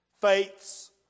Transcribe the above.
Faith's